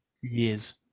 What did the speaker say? Years